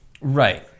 Right